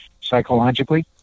psychologically